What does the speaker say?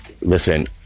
listen